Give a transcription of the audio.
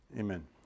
Amen